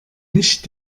nicht